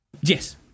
Yes